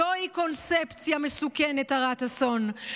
זוהי קונספציה מסוכנת, הרת אסון.